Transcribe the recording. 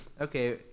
Okay